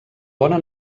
bona